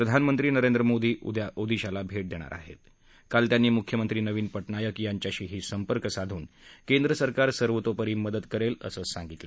प्रधानमंत्री नरेंद्र मोदी उदया ओदिशाला भेट देणार असून काल त्यांनी म्ख्यमंत्री नवीन पटनाईक यांच्याशीही संपर्क साधून केंद्र सर्वतोपरी मदत करेल असं सांगितलं